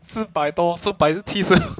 四百多四百七十